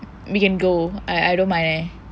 we can go I I don't mind eh